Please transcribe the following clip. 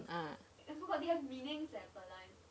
ah